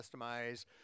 customize